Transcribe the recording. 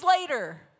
later